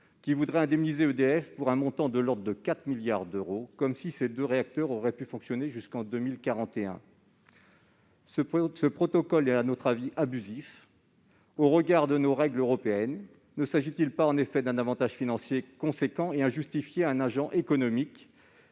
fiction d'une indemnisation d'EDF pour un montant de l'ordre de 4 milliards d'euros, comme si ces deux réacteurs avaient pu fonctionner jusqu'en 2041 ! À notre avis, ce protocole est abusif au regard des règles européennes. Ne s'agit-il pas en effet d'un avantage financier important et injustifié à un agent économique,